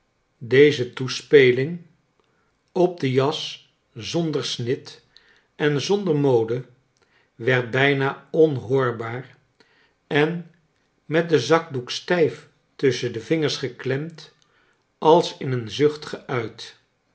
deze toespeling op de jas zonder snit en zonder mode word bijna onhoorbaar en met den zakdoek stijf tusschen de vingers geklemd als in een zucht geuit